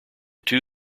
two